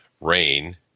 rain